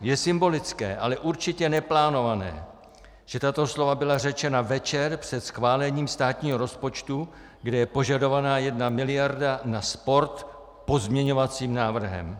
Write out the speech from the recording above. Je symbolické, ale určitě neplánované, že tato slova byla řečena večer před schválením státního rozpočtu, kde je požadovaná jedna miliarda na sport pozměňovacím návrhem.